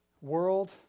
world